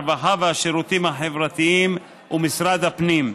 הרווחה והשירותים החברתיים ומשרד הפנים.